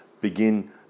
begin